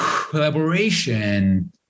collaboration